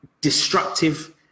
destructive